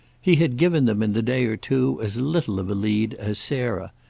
he had given them in the day or two as little of a lead as sarah,